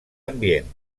ambient